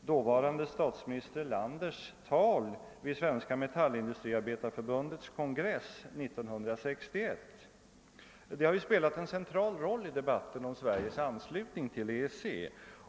dåvarande statsminister Erlanders tal vid Svenska metallindustriaärbetareförbundets kongress 1961. Det har spelat en central roll i debatten om Sveriges anslutning till EEC.